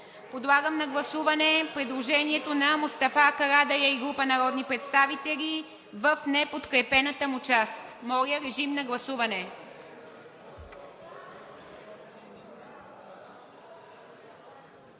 Подлагам на гласуване предложението на Мустафа Карадайъ и група народни представители в неподкрепената му част. Гласували